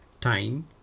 time